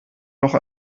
doch